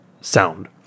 sound